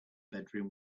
bedroom